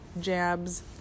jabs